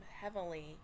heavily